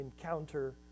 encounter